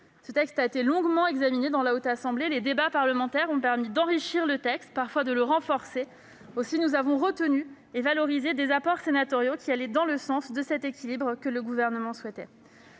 Ce texte a été longuement examiné par votre Haute Assemblée. Les débats parlementaires ont permis de l'enrichir, parfois de le renforcer. Aussi, nous avons retenu et valorisé des apports sénatoriaux qui allaient dans le sens de l'équilibre souhaité par le Gouvernement. Compte